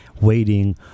waiting